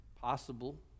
possible